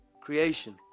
creation